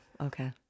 okay